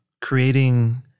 creating